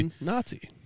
Nazi